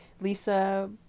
Lisa